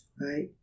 right